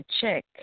check